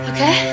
Okay